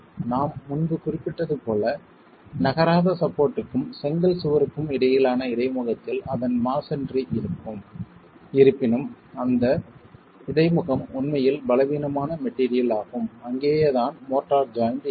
நான் முன்பு குறிப்பிட்டது போல நகராத சப்போர்ட்க்கும் செங்கல் சுவருக்கும் இடையிலான இடைமுகத்தில் அதன் மஸோன்றி இருக்கும் இருப்பினும் அந்த இடைமுகம் உண்மையில் பலவீனமான மெட்டீரியல் ஆகும் அங்கேயேதான் மோர்ட்டார் ஜாயின்ட் இருக்கும்